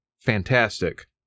fantastic